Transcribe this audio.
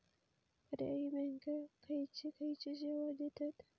पर्यायी बँका खयचे खयचे सेवा देतत?